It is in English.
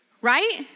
Right